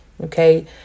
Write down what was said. okay